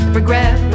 Regret